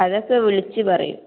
അതൊക്കെ വിളിച്ച് പറയും